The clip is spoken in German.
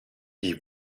die